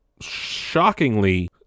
shockingly